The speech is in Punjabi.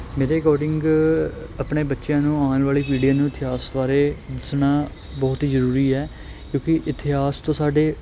ਮੇਰੇ ਅਕੋਰਡਿੰਗ ਆਪਣੇ ਬੱਚਿਆਂ ਨੂੰ ਆਉਣ ਵਾਲੀ ਪੀੜ੍ਹੀਆਂ ਨੂੰ ਇਤਿਹਾਸ ਬਾਰੇ ਦੱਸਣਾ ਬਹੁਤ ਜ਼ਰੂਰੀ ਹੈ ਕਿਉਂਕਿ ਇਤਿਹਾਸ ਤੋਂ ਸਾਡੇ